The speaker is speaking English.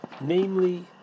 Namely